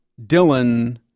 Dylan